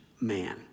man